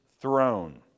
throne